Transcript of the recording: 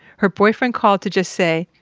her boyfriend called to just say,